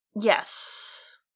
Yes